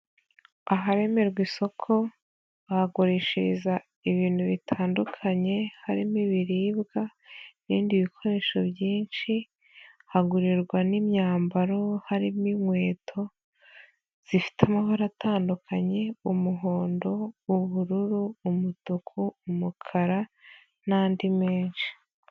Aharemerwa isoko bahagurishiriza ibintu bitandukanye harimo ibiribwa n'ibindi bikoresho byinshi, hagurirwa n'imyambaro harimo inkweto zifite amabara atandukanye: umuhondo, ubururu, umutuku, umukara n'andi menshi.